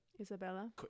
Isabella